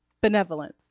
Benevolence